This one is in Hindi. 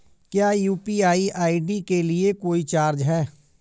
क्या यू.पी.आई आई.डी के लिए कोई चार्ज है?